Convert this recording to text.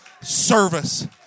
service